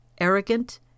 arrogant